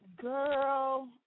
Girl